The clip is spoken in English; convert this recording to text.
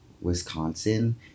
Wisconsin